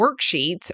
worksheets